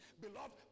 Beloved